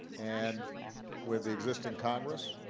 and with the existing congress,